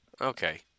Okay